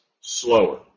slower